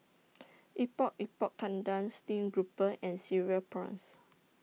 Epok Epok Kentang Stream Grouper and Cereal Prawns